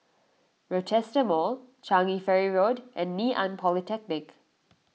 Rochester Mall Changi Ferry Road and Ngee Ann Polytechnic